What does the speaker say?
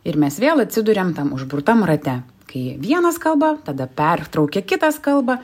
ir mes vėl atsiduriam tam užburtam rate kai vienas kalba tada pertraukia kitas kalba